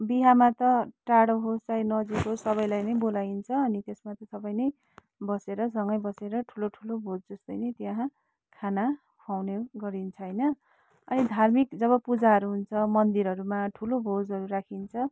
बिहामा त टाढो होस् चाहे नजिक होस् सबैलाई नै बोलाइन्छ अनि त्यसपछि सबै नै बसेर सँगै बसेर ठुलो ठुलो भोज जस्तै नै त्यहाँ खाना ख्वाउने गरिन्छ होइन अनि धार्मिक जब पूजाहरू हुन्छ मन्दिरहरूमा ठुलो भोजहरू राखिन्छ